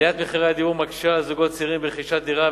עליית מחירי הדיור מקשה על זוגות צעירים ברכישת דירה,